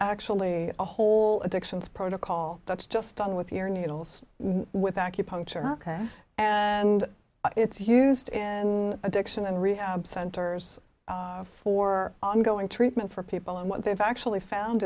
actually a whole addictions protocol that's just done with your needles with acupuncture and it's used in addiction and rehab centers for ongoing treatment for people and what they've actually found